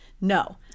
no